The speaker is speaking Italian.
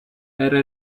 era